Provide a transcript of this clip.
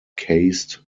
caste